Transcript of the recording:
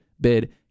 bid